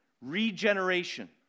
Regeneration